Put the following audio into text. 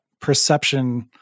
perception